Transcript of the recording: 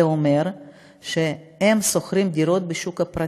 זה אומר שהם שוכרים דירות בשוק הפרטי.